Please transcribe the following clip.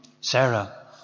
Sarah